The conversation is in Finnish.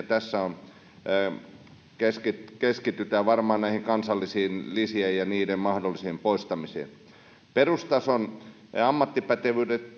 tässä keskitytään keskitytään varmaan näihin kansallisiin lisiin ja niiden mahdollisiin poistamisiin perustason ammattipätevyyden